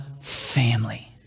family